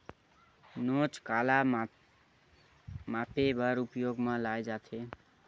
नोच काला मापे बर उपयोग म लाये जाथे?